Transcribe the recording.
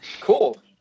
Cool